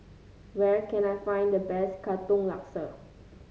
where can I find the best Katong Laksa